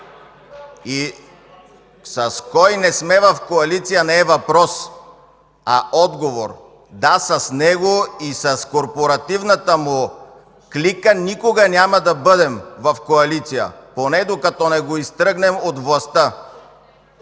И с „Кой?” не сме в коалиция не е въпрос, а отговор! Да, с него и с корпоративната му клика никога няма да бъдем в коалиция, поне докато не го изтръгнем от властта.